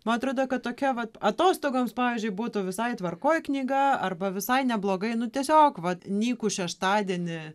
ma atrodo kad tokia atostogoms pavyzdžiui būtų visai tvarkoj knyga arba visai neblogai nu tiesiog va nykų šeštadienį